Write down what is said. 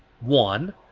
one